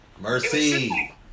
mercy